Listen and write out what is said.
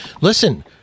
listen